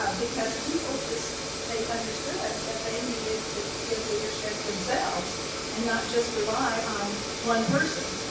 because people just they understood that that they needed to give leadership themselves and not just rely on one person.